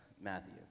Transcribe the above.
Matthew